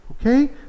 Okay